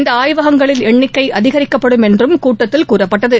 இந்த ஆய்வகங்களின் என்ணிக்கை அதிகரிக்கப்படும் என்றும் கூட்டத்தில் கூறப்பட்டது